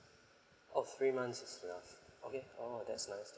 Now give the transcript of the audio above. oh three months is enough okay oh that's nice